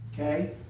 okay